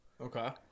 Okay